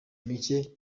micye